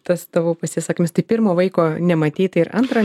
tas tavo pasisakymas tai pirmo vaiko nematei tai ir antrojo